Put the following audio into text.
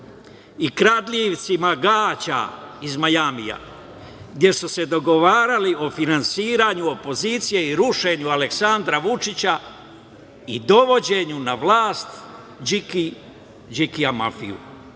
i kradljivcima gaća iz Majamija, gde su se dogovarali o finansiranju opozicije i rušenju Aleksandra Vučića i dovođenju na vlast Đikija mafije.